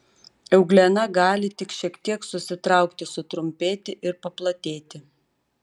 euglena gali tik šiek tiek susitraukti sutrumpėti ir paplatėti